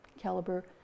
caliber